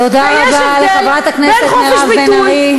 תודה רבה לחברת הכנסת מירב בן ארי.